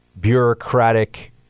bureaucratic